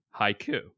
Haiku